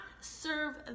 serve